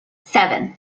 seven